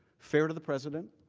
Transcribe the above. fair to the president